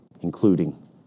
including